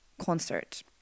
concert